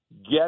get